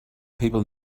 people